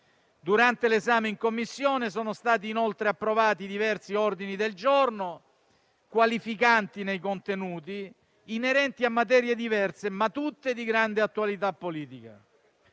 Durante l'esame in Commissione sono stati, inoltre, approvati diversi ordini del giorno qualificanti nei contenuti e inerenti a materie diverse, ma tutte di grande attualità politica.